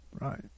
right